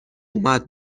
اومد